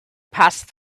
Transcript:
passed